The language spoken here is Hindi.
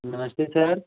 नमस्ते सर